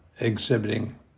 exhibiting